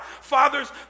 Fathers